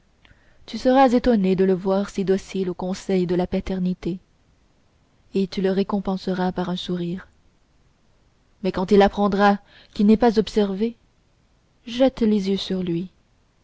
tu seras étonné de le voir si docile aux conseils de la paternité et tu le récompenseras par un sourire mais quand il apprendra qu'il n'est pas observé jette les yeux sur lui